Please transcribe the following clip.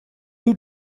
who